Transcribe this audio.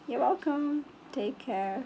you're welcome take care